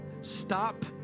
Stop